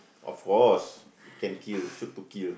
of course can kill shoot to kill